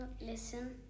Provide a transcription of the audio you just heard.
listen